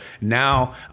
Now